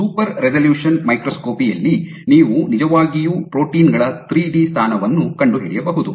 super resolution microscopy ಯಲ್ಲಿ ನೀವು ನಿಜವಾಗಿಯೂ ಪ್ರೋಟೀನ್ ಗಳ ತ್ರಿ ಡಿ ಸ್ಥಾನವನ್ನು ಕಂಡುಹಿಡಿಯಬಹುದು